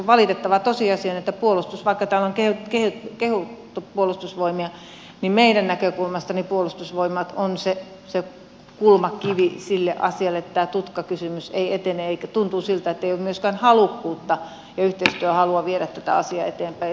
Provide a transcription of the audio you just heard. valitettava tosiasia on että vaikka täällä on kehuttu puolustusvoimia niin meidän näkökulmastamme puolustusvoimat on se kulmakivi sille asialle että tämä tutkakysymys ei etene ja tuntuu siltä että ei ole myöskään halukkuutta ja yhteistyöhalua viedä tätä asiaa eteenpäin